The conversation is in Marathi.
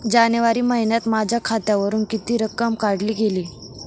जानेवारी महिन्यात माझ्या खात्यावरुन किती रक्कम काढली गेली?